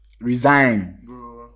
Resign